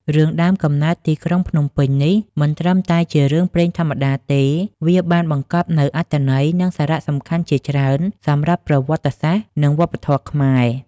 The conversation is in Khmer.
រឿង "ដើមកំណើតទីក្រុងភ្នំពេញ" នេះមិនត្រឹមតែជារឿងព្រេងធម្មតាទេ វាបានបង្កប់នូវអត្ថន័យ និងសារៈសំខាន់ជាច្រើនសម្រាប់ប្រវត្តិសាស្ត្រ និងវប្បធម៌ខ្មែរ។